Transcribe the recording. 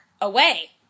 away